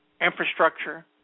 infrastructure